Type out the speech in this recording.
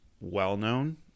well-known